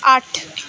आठ